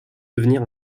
devenir